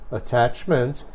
attachment